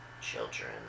Children